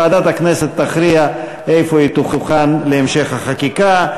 ועדת הכנסת תכריע איפה היא תוכן להמשך החקיקה.